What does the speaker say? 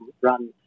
run